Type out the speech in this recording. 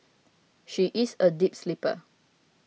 she is a deep sleeper